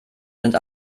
sind